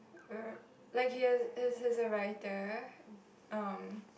uh like he is he is a writer um